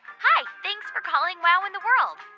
hi. thanks for calling wow in the world.